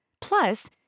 Plus